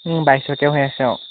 বাইছশকৈ হৈ আছে অঁ